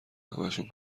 همشون